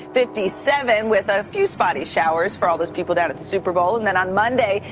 fifty seven with a few spotty showers for all those people down at the super bowl. and then on monday,